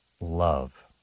love